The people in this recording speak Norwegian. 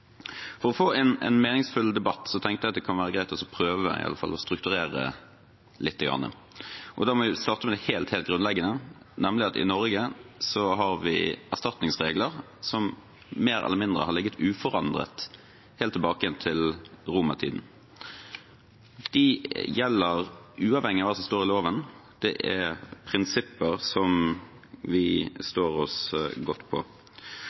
For å få en meningsfull debatt tenkte jeg det kunne være greit å prøve å strukturere lite grann. Da må jeg starte med det helt grunnleggende, nemlig at vi i Norge har erstatningsregler som har ligget mer eller mindre uforandret helt tilbake til romertiden. De gjelder uavhengig av hva som står i loven. Det er prinsipper som står seg godt. I tillegg har vi politikere funnet det for godt å krydre systemet vårt med noen særskilte erstatningsordninger på